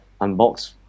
unbox